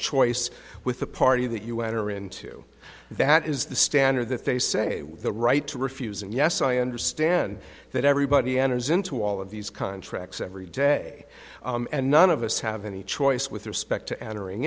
choice with a party that you enter into that is the standard that they say the right to refuse and yes i understand that everybody enters into all of these contracts every day and none of us have any choice with respect to entering